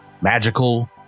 magical